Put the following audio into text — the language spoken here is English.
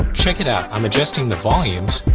ah check it out i'm adjusting the volumes